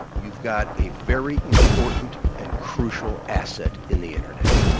you've got a very important and crucial asset in the internet.